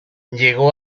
llegó